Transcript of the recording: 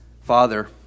Father